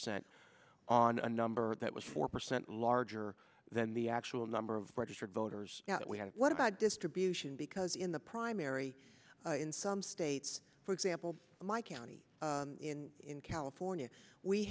cent on a number that was four percent larger than the actual number of registered voters now that we had what about distribution because in the primary in some states for example my county in california we